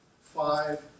five